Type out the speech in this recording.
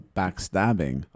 backstabbing